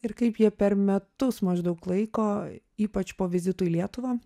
ir kaip jie per metus maždaug laiko ypač po vizitų į lietuvą